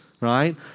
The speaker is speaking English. right